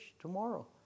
tomorrow